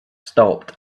stopped